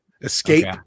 escape